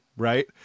right